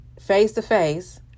face-to-face